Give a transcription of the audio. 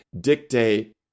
dictate